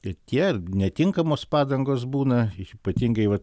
ir tie ir netinkamos padangos būna ypatingai vat